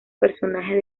personajes